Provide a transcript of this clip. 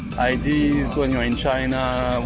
idea when you are in china.